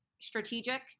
strategic